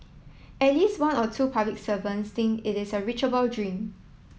at least one or two public servant think it is a reachable dream